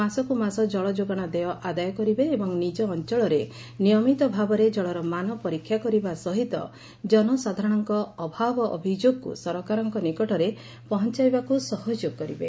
ମାସକୁ ମାସ ଜଳ ଯୋଗାଣ ଦେୟ ଆଦାୟ କରିବେ ଏବଂ ନିକ ଅଞ୍ଞଳରେ ନିୟମିତ ଭାବରେ ଜଳର ମାନ ପରୀକ୍ଷା କରିବା ସହିତ ଜନସାଧାରଣଙ୍କର ଅଭାବ ଅଭିଯୋଗକୁ ସରକାରଙ୍କ ନିକଟରେ ପହଞାଇବାକୁ ସହଯୋଗ କରିବେ